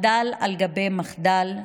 מחדל על גבי מחדל,